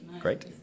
Great